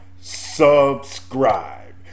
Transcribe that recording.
subscribe